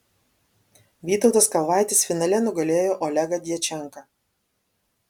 vytautas kalvaitis finale nugalėjo olegą djačenką